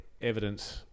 evidence